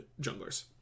junglers